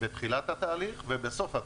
בתחילת התהליך ובסופו,